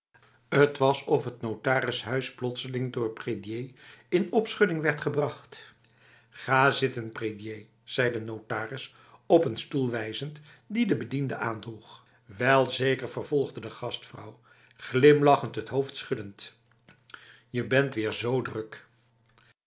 het was of t notarishuis plotseling door prédier in opschudding werd gebracht ga zitten prédier zei de notaris op een stoel wijzend die de bediende aandroegl welzeker vervolgde de gastvrouw glimlachend het hoofd schuddend je bent weer zo drukf